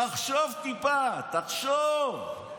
תחשוב טיפה, תחשוב.